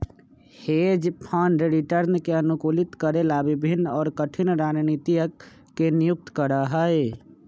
hedge fund return के अनुकूलित करे ला विभिन्न और कठिन रणनीतियन के नियुक्त करा हई